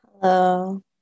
Hello